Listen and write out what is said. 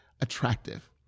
attractive